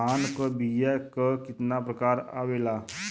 धान क बीया क कितना प्रकार आवेला?